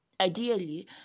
ideally